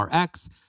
Rx